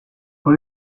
for